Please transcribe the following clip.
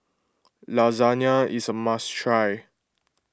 Lasagna is a must try